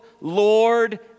Lord